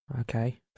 Okay